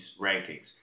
rankings